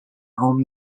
home